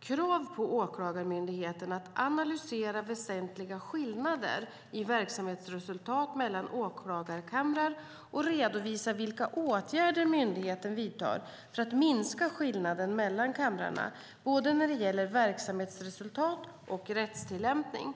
krav på Åklagarmyndigheten att analysera väsentliga skillnader i verksamhetsresultat mellan åklagarkamrar och redovisa vilka åtgärder myndigheten vidtar för att minska skillnaderna mellan kamrarna, både när det gäller verksamhetsresultat och rättstillämpning.